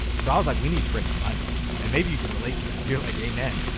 so i was like, we need fricking money. and maybe you can relate to that. you're like, amen.